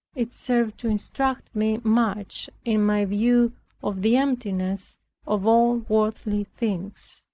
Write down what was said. it served to instruct me much in my view of the emptiness of all worldly things.